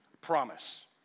Promise